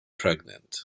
pregnant